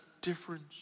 difference